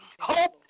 hope